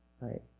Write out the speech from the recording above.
Right